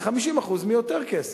זה 50% מיותר כסף.